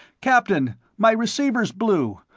captain, my receivers blew.